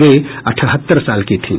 वे अठहत्तर साल की थीं